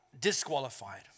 disqualified